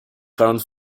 current